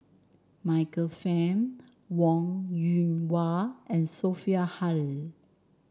Michael Fam Wong Yoon Wah and Sophia Hull